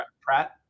Pratt